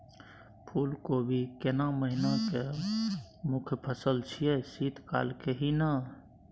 फुल कोबी केना महिना के मुखय फसल छियै शीत काल के ही न?